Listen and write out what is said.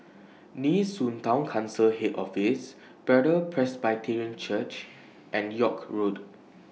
Nee Soon Town Council Head Office Bethel Presbyterian Church and York Road